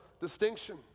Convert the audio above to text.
distinction